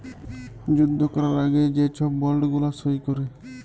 যুদ্ধ ক্যরার আগে যে ছব বল্ড গুলা সই ক্যরে